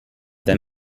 them